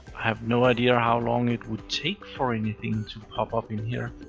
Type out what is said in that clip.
have no idea how long it would take for anything to pop up in here.